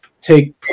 take